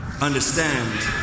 understand